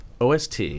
OST